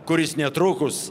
kuris netrukus